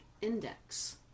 index